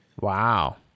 Wow